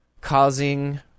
causing